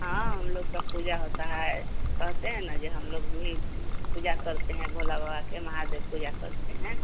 हाँ हम लोग का पूजा होता है कहते हैं न जो हम लोग भी पूजा करते हैं भोला बाबा के महादेव पूजा करते हैं